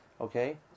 okay